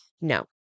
No